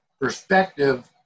perspective